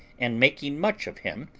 and making much of him,